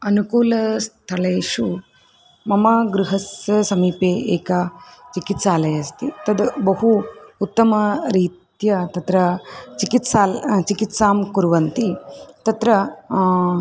अनुकूलस्थलेषु मम गृहस्य समीपे एका चिकित्सालयः अस्ति तत् बहु उत्तमरीत्या तत्र चिकित्सालयः चिकित्सां कुर्वन्ति तत्र